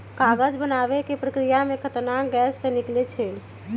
कागज बनाबे के प्रक्रिया में खतरनाक गैसें से निकलै छै